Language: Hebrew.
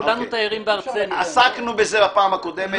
כולנו תיירים בארצנו --- עסקנו בזה בפעם הקודמת.